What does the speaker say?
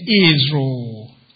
Israel